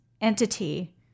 entity